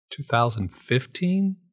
2015